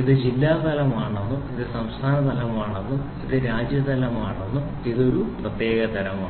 ഇത് ജില്ലാതലമാണെന്നും ഇത് സംസ്ഥാനതലമാണെന്നും ഇത് രാജ്യതലമാണെന്നും ഇത് ഒരു പ്രത്യേക തരം ആണ്